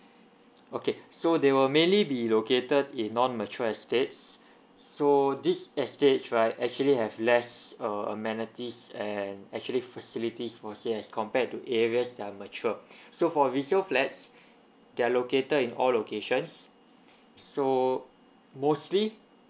okay so they will mainly be located in non mature estates so this estate right actually have less uh amenities and actually facilities for sale as compared to areas that are mature so for resale flats there are located in all locations so mostly